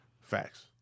Facts